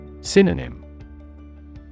Synonym